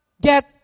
get